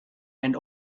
and